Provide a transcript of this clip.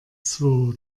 zwo